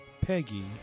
Peggy